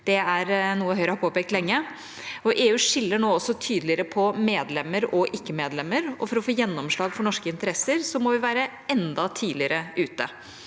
Det er noe Høyre har påpekt lenge. EU skiller nå også tydeligere på medlemmer og ikke-medlemmer, og for å få gjennomslag for norske interesser må vi være enda tidligere ute.